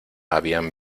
habían